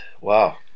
Wow